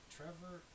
Trevor